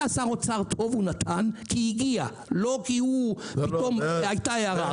היה שר אוצר, נתן כי הגיע לא כי הייתה הארה.